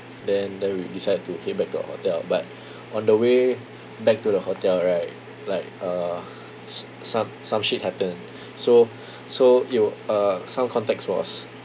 then then we decided to head back to our hotel but on the way back to the hotel right like uh s~ some some shit happened so so it w~ uh some context was